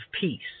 peace